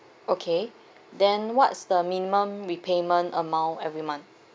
okay then what's the minimum repayment amount every month